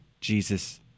Jesus